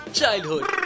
childhood